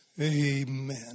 Amen